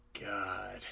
God